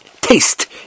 taste